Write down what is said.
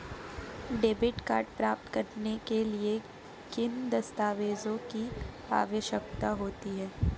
Debit card प्राप्त करने के लिए किन दस्तावेज़ों की आवश्यकता होती है?